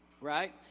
Right